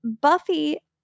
Buffy